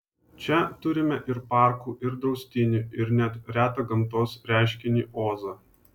čia turime ir parkų ir draustinių ir net retą gamtos reiškinį ozą